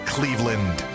Cleveland